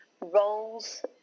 roles